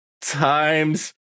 times